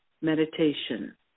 meditation